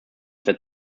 that